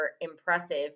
impressive